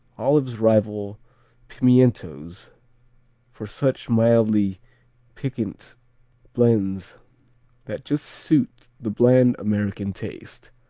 olives rival pimientos for such mildly piquant blends that just suit the bland american taste.